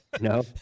No